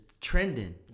trending